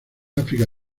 áfrica